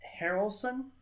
Harrelson